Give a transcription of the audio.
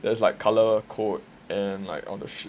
there's like color code and like all those shit